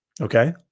Okay